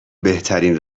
بهترین